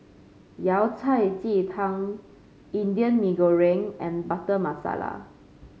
Yao Cai Ji Tang Indian Mee Goreng and Butter Masala